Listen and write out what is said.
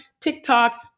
TikTok